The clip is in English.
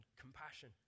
compassion